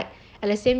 at the same time like